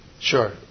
Sure